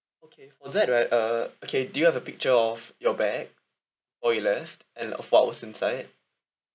okay on that right uh okay do you have a picture of your bag or you left and of what was inside